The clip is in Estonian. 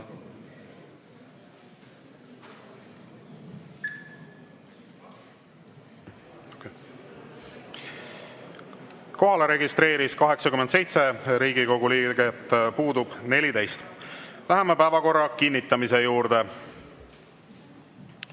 registreerus 87 Riigikogu liiget, puudub 14.Läheme päevakorra kinnitamise juurde.